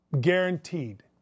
Guaranteed